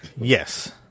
Yes